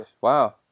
wow